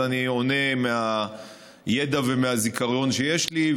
אז אני עונה מהידע ומהזיכרון שיש לי,